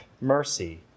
mercy